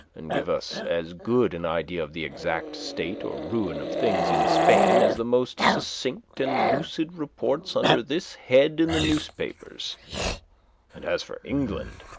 and give us as good an idea of the exact state or ruin of things in spain as the most succinct and lucid reports under this head in the newspapers and as for england,